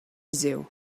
zoo